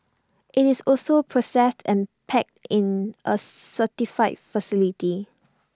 IT is also processed and packed in A certified facility